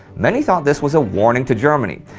many thought this was a warning to germany.